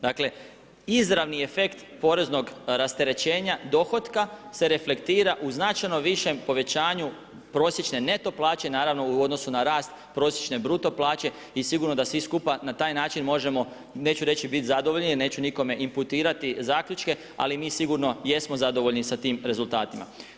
Dakle, izravni efekt poreznog rasterećenja dohotka se reflektira u značajno višem povećanju prosječne neto plaće, naravno u odnosu na rast prosječne bruto plaće i sigurno da svi skupa na taj način možemo neću reći biti zadovoljni jer neću nikome imputirati zaključke, ali mi sigurno jesmo zadovoljni sa tim rezultatima.